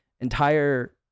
entire